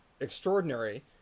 extraordinary